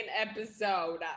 episode